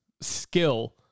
skill